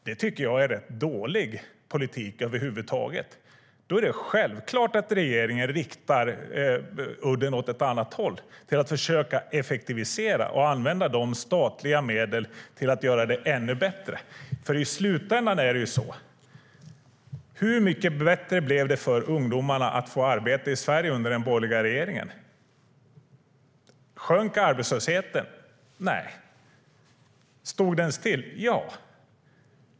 Det tycker jag är rätt dålig politik över huvud taget. Då är det självklart att regeringen riktar udden åt ett annat håll, för att försöka effektivisera och använda statliga medel för att göra det ännu bättre. Hur mycket bättre blev det för ungdomarna att få arbete i Sverige under den borgerliga regeringen? Sjönk arbetslösheten? Nej. Stod den still? Ja.